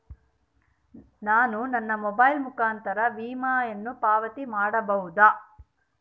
ನಾನು ನನ್ನ ಮೊಬೈಲ್ ಮುಖಾಂತರ ವಿಮೆಯನ್ನು ಪಾವತಿ ಮಾಡಬಹುದಾ?